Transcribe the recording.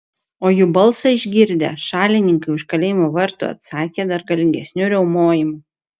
o jų balsą išgirdę šalininkai už kalėjimo vartų atsakė dar galingesniu riaumojimu